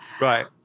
Right